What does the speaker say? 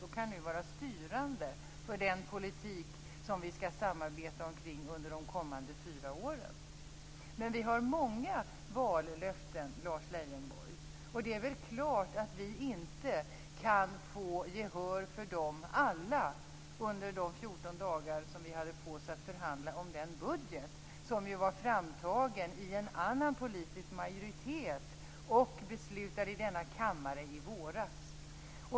Detta kan nu vara styrande för den politik som vi skall samarbeta kring under de kommande fyra åren. Vi har många vallöften, Lars Leijonborg, och det är väl klart att vi inte kan få gehör för alla under de 14 dagar som vi hade på oss att förhandla om den budget som var framtagen i en annan politisk majoritet och beslutad i denna kammare i våras.